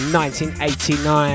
1989